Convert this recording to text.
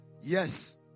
Yes